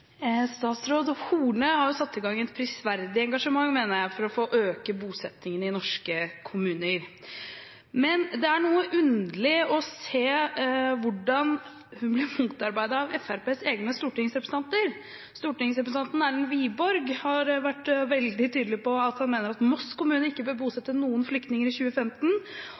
Statsråd Horne har satt i gang et prisverdig engasjement, mener jeg, for å øke bosettingen i norske kommuner. Men det er noe underlig å se hvordan hun blir motarbeidet av Fremskrittspartiets egne stortingsrepresentanter. Stortingsrepresentanten Erlend Wiborg har vært veldig tydelig på at han mener at Moss kommune ikke bør bosette noen flyktninger i 2015,